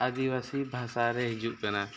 ᱟᱫᱤᱵᱟᱥᱤ ᱵᱷᱟᱥᱟ ᱨᱮ ᱦᱤᱡᱩᱜ ᱠᱟᱱᱟ